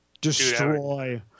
Destroy